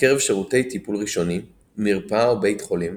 בקרב שירותי טיפול ראשוני מרפאה או בית חולים